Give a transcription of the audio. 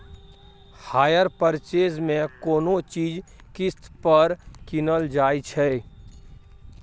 hire purchase मे कोनो चीज किस्त पर कीनल जाइ छै